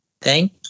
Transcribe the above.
Thank